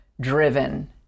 driven